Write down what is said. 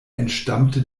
entstammte